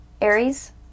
Aries